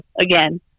again